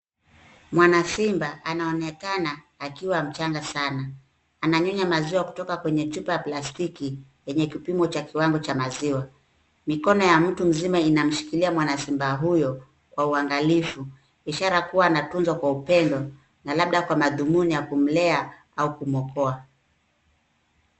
Mwanasimba anaonekana akiwa mchanga sana. Ananyonya maziwa kutoko kwenye chupa ya plastiki yenye kipimo cha kiwango cha maziwa. Mikono ya mtu mzima inamshikilia mwanasimba huyo kwa uangalifu ishara kuwa anatunzwa kwa upendo na labda kwa madhumuni ya kumlea na kumuokoa.